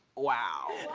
wow.